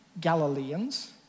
Galileans